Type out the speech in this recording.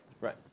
Right